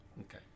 Okay